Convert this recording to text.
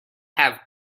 have